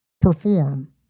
perform